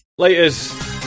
Laters